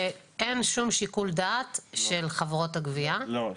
הכוונה שלך שאין שום שיקול דעת של חברות הגבייה --- לא,